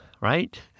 right